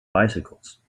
bicycles